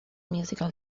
musical